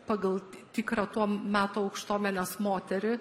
pagal tikrą to meto aukštuomenės moterį